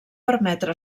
permetre